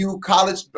college